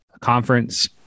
conference